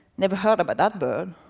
never heard about that bird.